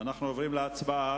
אנחנו עוברים להצבעה.